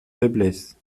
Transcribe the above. faiblesses